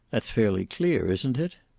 that's fairly clear, isn't it?